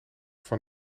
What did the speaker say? van